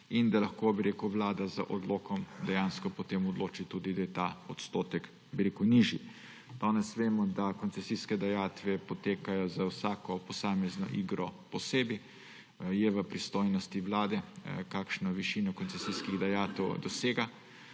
in da lahko Vlada z odlokom dejansko potem odloči, da je ta odstotek nižji. Danes vemo, da koncesijske dajatve potekajo za vsako posamezno igro posebej. V pristojnosti Vlade je, kakšno višino koncesijskih dajatev dosega.